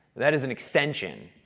that is an extension.